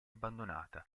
abbandonata